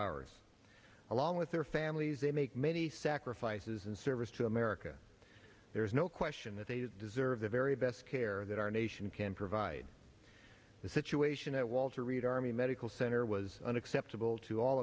our along with their families they make many sacrifices and service to america there is no question that they deserve the very best care that our nation can provide the situation at walter reed army medical center was unacceptable to all